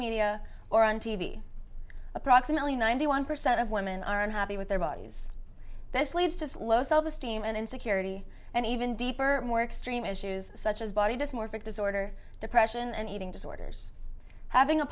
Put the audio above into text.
media or on t v approximately ninety one percent of women are unhappy with their bodies this leads to low self esteem and insecurity and even deeper more extreme issues such as body dysmorphic disorder depression and eating disorders having a